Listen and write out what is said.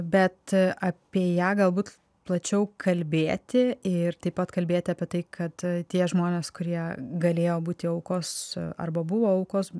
bet apie ją galbūt plačiau kalbėti ir taip pat kalbėti apie tai kad tie žmonės kurie galėjo būti aukos arba buvo aukos